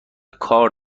کار